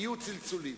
20:18.)